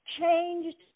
changed